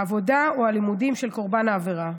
מהעבודה או מהלימודים של קורבן העבירה.